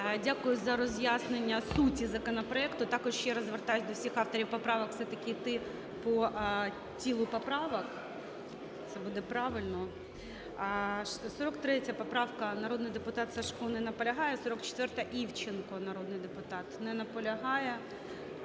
Дякую за роз'яснення суті законопроекту. Також ще раз звертаюся до всіх авторів поправок все-таки іти по тілу поправок, це буде правильно. 43 поправка. Народний депутат Сажко не наполягає. 44-а. Івченко, народний депутат. Не наполягає.